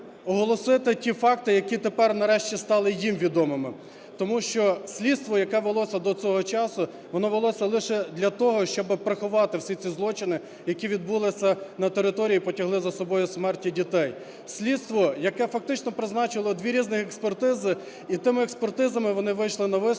оголосити ті факти, які тепер нарешті стали їм відомими. Тому що слідство, яке велося до цього часу, воно велося лише для того, щоб приховати всі ці злочини, які відбулися на території і потягли за собою смерті дітей. Слідство, яке фактично призначило дві різні експертизи. І тими експертизами вони вийшли на висновок